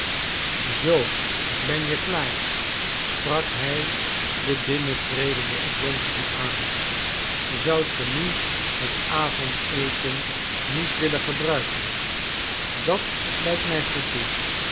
zoo ben je klaar sprak hij den binnentredenden oblonsky aan zoudt ge nu het avondeten niet willen gebruiken dat lijkt mij goed toe